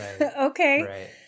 okay